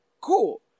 cool